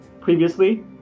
previously